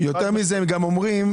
"(יד) על אף האמור בתקנה זו,